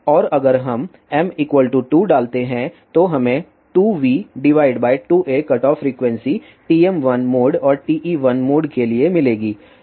और अगर हम m 2 डालते हैं तो हमें 2v2a cutoff frequency TM1 mode और TE1 मोड के लिए मिलेगी